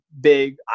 big